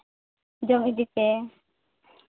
ᱡᱚᱢ ᱤᱫᱤ ᱯᱮ